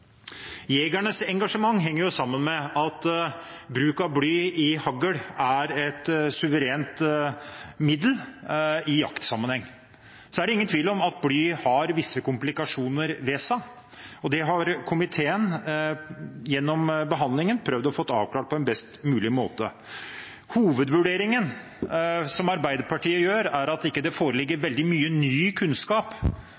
Jegernes engasjement henger sammen med at bruk av bly i hagl er et suverent middel i jaktsammenheng. Så er det ingen tvil om at bly har visse komplikasjoner ved seg, og det har komiteen gjennom behandlingen prøvd å få avklart på en best mulig måte. Hovedvurderingen til Arbeiderpartiet er at det ikke har foreligget veldig mye ny kunnskap